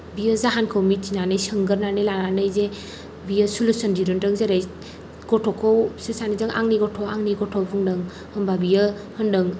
बियो जाहोनखौ मिथिनानै सोंग्रोनानै लानानै जे बियो सलुसन दिहुनदों जेरै गथ'खौ बिसोर सानैजों आंनि गथ' आंनि गथ' बुंदों होम्बा बियो होन्दों